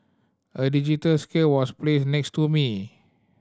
a digital scale was placed next to me